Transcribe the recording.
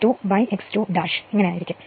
5 V 2x 2 ആയിരിക്കും